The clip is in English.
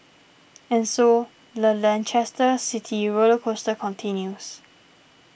and so the Leicester City roller coaster continues